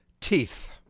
Teeth